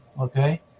Okay